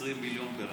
20 מיליון,